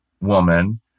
woman